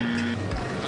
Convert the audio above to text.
גם נתי גור,